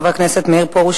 חבר הכנסת מאיר פרוש,